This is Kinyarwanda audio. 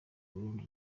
burundi